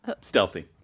stealthy